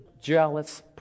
jealous